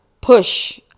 push